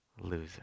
loser